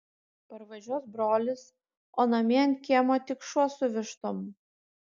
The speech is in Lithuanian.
parvažiuos brolis o namie ant kiemo tik šuo su vištom